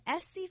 SC